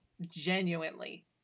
genuinely